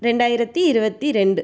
ரெண்டாயிரத்தி இருபத்திரெண்டு